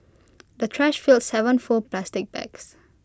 the trash filled Seven full plastic bags